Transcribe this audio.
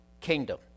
kingdom